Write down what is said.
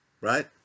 Right